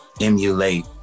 emulate